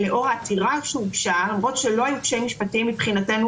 לאור העתירה שהוגשה למרות שלא היו קשיים משפטיים מבחינתנו